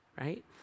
right